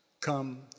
come